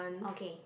okay